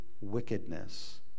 wickedness